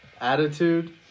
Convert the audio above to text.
attitude